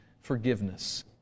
forgiveness